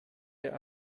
der